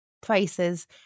prices